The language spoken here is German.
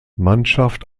mannschaft